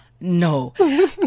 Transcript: no